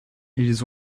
ils